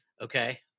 Okay